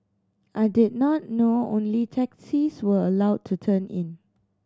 I did not know only taxis were allowed to turn in